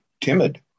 timid